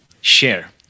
share